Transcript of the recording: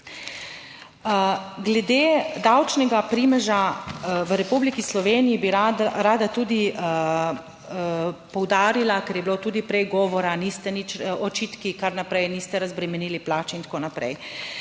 Glede davčnega primeža v Republiki Sloveniji, bi rada tudi poudarila, ker je bilo tudi prej govora, niste nič očitki, kar naprej, niste razbremenili plače in tako naprej.